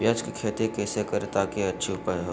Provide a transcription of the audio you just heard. प्याज की खेती कैसे करें ताकि अच्छी उपज हो?